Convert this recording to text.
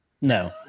No